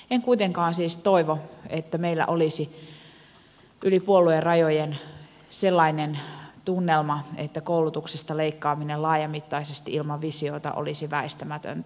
en kuitenkaan siis toivo että meillä olisi yli puoluerajojen sellainen tunnelma että koulutuksesta leikkaaminen laajamittaisesti ilman visioita olisi väistämätöntä